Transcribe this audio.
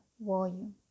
volume